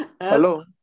Hello